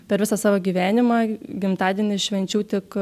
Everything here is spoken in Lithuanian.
per visą savo gyvenimą gimtadienį švenčiau tik